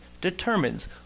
determines